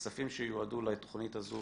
הכספים שיועדו לתכנית הזאת